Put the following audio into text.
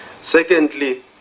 secondly